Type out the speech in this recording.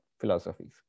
philosophies